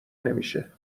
نمیشه